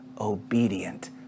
obedient